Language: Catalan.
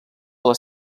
les